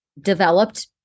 developed